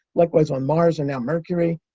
likewise on mars and now mercury.